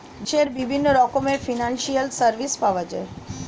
দেশে বিভিন্ন রকমের ফিনান্সিয়াল সার্ভিস পাওয়া যায়